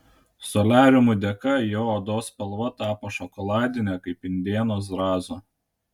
soliariumų dėka jo odos spalva tapo šokoladinė kaip indėno zrazo